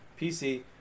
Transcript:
PC